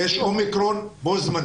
אני אומר שיש דלתא ויש אומיקרון בו זמנית.